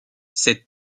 cette